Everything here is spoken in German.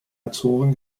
azoren